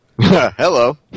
hello